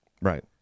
Right